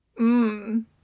Mmm